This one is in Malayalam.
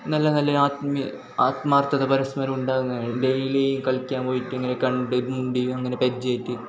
നല്ല നല്ല ആത്മാർത്ഥത പരസ്പരം ഉണ്ടാകുന്നതാണ് ഡെയിലി കളിക്കാൻ പോയിട്ട് ഇങ്ങനെ കണ്ട് മിണ്ടി അങ്ങനെ പരിചയമായിട്ട്